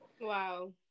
Wow